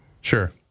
Sure